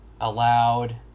allowed